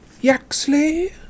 Yaxley